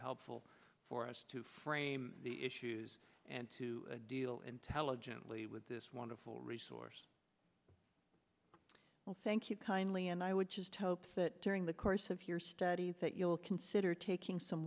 helpful for us to frame the issues and to deal intelligently with this wonderful resource well thank you kindly and i would just hope that during the course of your studies that you'll consider taking some